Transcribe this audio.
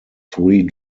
three